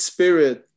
Spirit